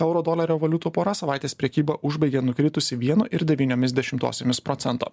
euro dolerio valiutų pora savaitės prekybą užbaigė nukritusi vienu ir devyniomis dešimtosiomis procento